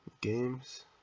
games